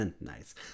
Nice